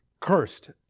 Cursed